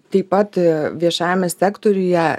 taip pat viešajame sektoriuje